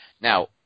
Now